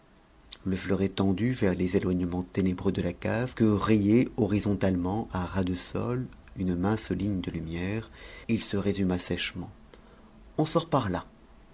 le fleuret tendu vers les éloignements ténébreux de la cave que rayait horizontalement à ras de sol une mince ligne de lumière il se résuma sèchement on sort par là